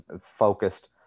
focused